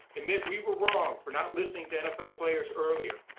admit we were wrong for not listening to nfl players earlier,